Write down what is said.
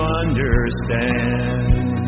understand